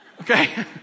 Okay